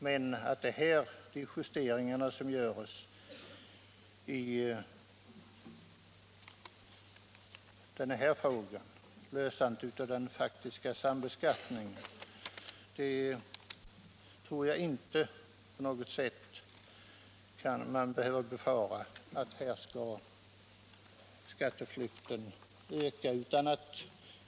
Men jag tror inte vi behöver befara att skatteflykten på något sätt kommer att öka genom de justeringar som görs för att lösa den faktiska sambeskattningen.